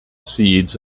seeds